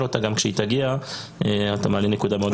כשהיא תגיע נשאל אותה, אתה מעלה נקודה מאוד חשובה.